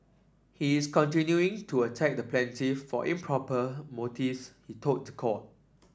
he is continuing to attack the plaintiff for improper motives he told the court